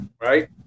right